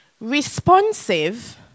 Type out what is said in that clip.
responsive